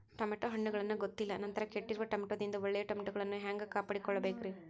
Tomato ಹಣ್ಣುಗಳನ್ನ ಗೊತ್ತಿಲ್ಲ ನಂತರ ಕೆಟ್ಟಿರುವ ಟಮಾಟೊದಿಂದ ಒಳ್ಳೆಯ ಟಮಾಟೊಗಳನ್ನು ಹ್ಯಾಂಗ ಕಾಪಾಡಿಕೊಳ್ಳಬೇಕರೇ?